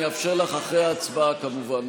אני אאפשר לך אחרי ההצבעה כמובן,